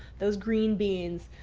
those green beans,